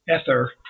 ether